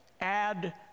add